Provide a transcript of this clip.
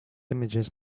images